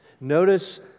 Notice